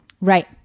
Right